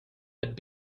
but